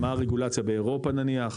מה הרגולציה באירופה נניח?